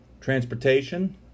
transportation